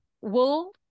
wool